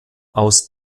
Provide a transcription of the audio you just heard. aus